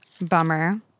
Bummer